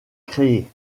créé